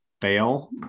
fail